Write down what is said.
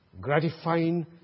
Gratifying